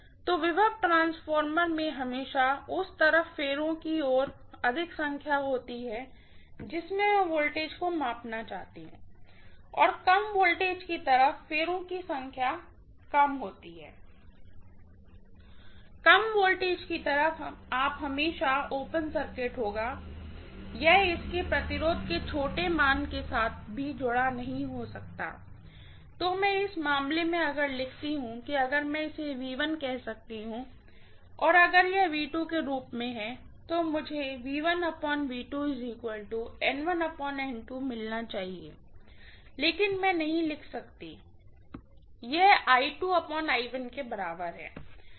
तो voltage transformer में हमेशा उस तरफ फेरों की की ओर अधिक संख्या होगी जिससे मैं वोल्टेज को मापना चाहती हूँ और और कम वोल्टेज की तरफ फेरों की संख्या कम होती है और कम वोल्टेज की तरफ हमेशा ओपन सर्किट होगा यह इसके रेजिस्टेंस के छोटे मान के साथ भी जुड़ा नहीं हो सकता है तो इस मामले में अगर मैं लिखती हूं अगर मैं इसे कह सकती हूँ अगर मैं यह सब के रूप में करती हूँ तो मुझे मिलना चाहिए लेकिन मैं नहीं लिख सकती कि यह के बराबर है